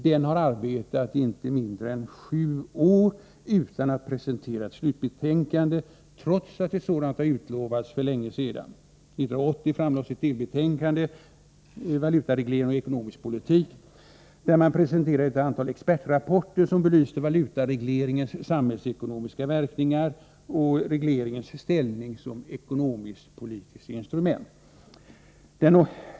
Den har arbetat i inte mindre än sju år utan att presentera ett slutbetänkande, trots att ett sådant har utlovats för länge sedan. År 1980 framlades ett delbetänkande, Valutareglering och ekonomisk politik. Där presenterades ett antal expertrapporter, som belyste valutaregleringens samhällsekonomiska verkningar och regleringens ställning som ekonomiskt-politiskt instrument.